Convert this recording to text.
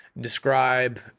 describe